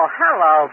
hello